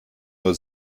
nur